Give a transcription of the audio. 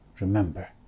Remember